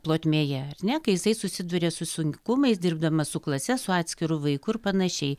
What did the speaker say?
plotmėje ar ne kai jisai susiduria su sunkumais dirbdamas su klase su atskiru vaiku ir panašiai